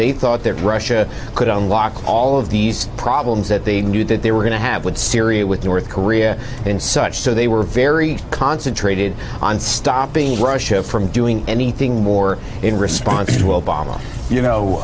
they thought their russia could unlock all of these problems that they knew that they were going to have with syria with north korea and such so they were very concentrated on stopping russia from doing anything more in response to obama you know